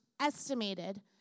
estimated